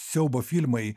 siaubo filmai